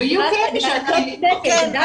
ויהיו כאלה ש- ----- לטפח לומד עצמאי.